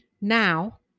now